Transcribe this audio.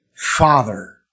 Father